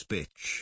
Bitch